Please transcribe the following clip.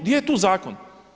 Gdje je tu zakon?